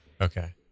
Okay